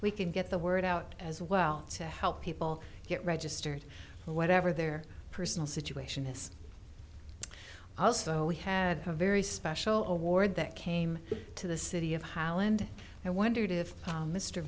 we can get the word out as well to help people get registered or whatever their personal situation is also we had a very special award that came to the city of highland and wondered if